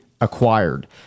acquired